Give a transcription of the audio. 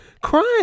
crying